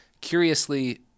curiously